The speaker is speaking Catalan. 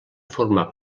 formar